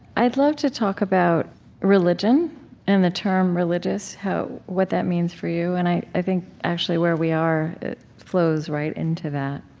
i'd love to talk about religion and the term religious, what that means for you. and i i think, actually, where we are, it flows right into that.